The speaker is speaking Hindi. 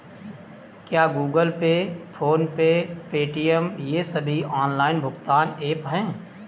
क्या Google Pay PhonePe Paytm ये सभी ऑनलाइन भुगतान ऐप हैं?